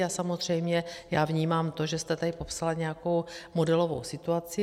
A samozřejmě já vnímám to, že jste tady popsala nějakou modelovou situaci.